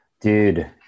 dude